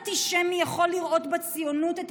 כל אנטישמי יכול לראות בציונות את